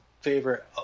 favorite